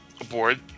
aboard